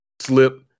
slip